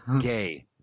gay